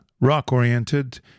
rock-oriented